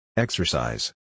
Exercise